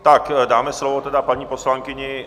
Tak dáme slovo paní poslankyni.